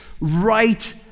right